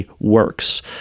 works